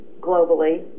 globally